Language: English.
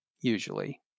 usually